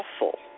awful